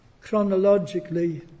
Chronologically